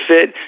fit